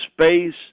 space